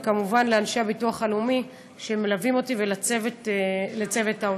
וכמובן לאנשי הביטוח הלאומי שמלווים אותי ולצוות העוזרים,